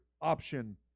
option